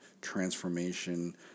transformation